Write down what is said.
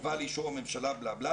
הובא לאישור הממשלה וכולי,